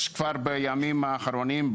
בימים האחרונים,